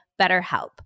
BetterHelp